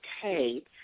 okay